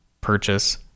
Purchase